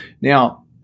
Now